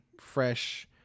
fresh